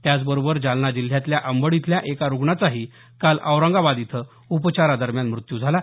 त्याचबरोबर जालना जिल्ह्यातल्या अंबड इथल्या एका रुग्णाचाही काल औरंगाबाद इथं उपचारादरम्यान मृत्यू झाला